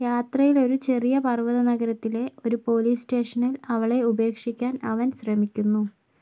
യാത്രയിൽ ഒരു ചെറിയ പർവത നഗരത്തിലെ ഒരു പോലീസ് സ്റ്റേഷനിൽ അവളെ ഉപേക്ഷിക്കാൻ അവൻ ശ്രമിക്കുന്നു